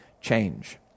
change